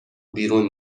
بیرون